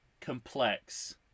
complex